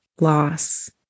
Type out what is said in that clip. loss